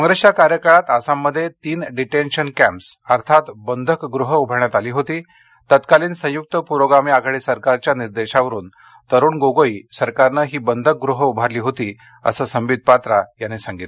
काँग्रेसच्या कार्यकाळात आसाममध्ये तीन डिटेशन कॅम्प म्हणजेच बंधकगृह उभारण्यात आली होती तत्कालीन संयुक्त प्रोगामी आघाडी सरकारच्या निर्देशावरून तरुण गोगोई सरकारनं ही बंधकगृहं उभारली होती संबित पात्रा यांनी सांगितलं